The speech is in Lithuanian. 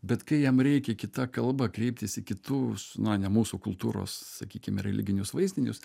bet kai jam reikia kita kalba kreiptis į kitų na ne mūsų kultūros sakykim religinius vaizdinius